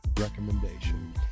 recommendation